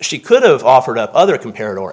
she could have offered up other compared or